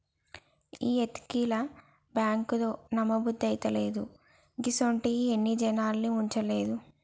ఈ ఎతికల్ బాంకేందో, నమ్మబుద్దైతలేదు, గిసుంటియి ఎన్ని జనాల్ని ముంచలేదు